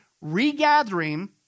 regathering